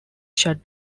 shut